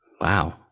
Wow